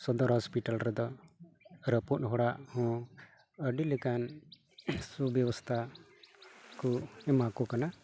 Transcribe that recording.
ᱥᱚᱫᱚᱨ ᱦᱚᱥᱯᱤᱴᱟᱞ ᱨᱮᱫᱚ ᱨᱟᱹᱯᱩᱫ ᱦᱚᱲᱟᱜ ᱦᱚᱸ ᱟᱹᱰᱤ ᱞᱮᱠᱟᱱ ᱥᱩᱵᱮᱵᱚᱥᱛᱟ ᱠᱚ ᱮᱢᱟ ᱠᱚ ᱠᱟᱱᱟ